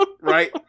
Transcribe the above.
Right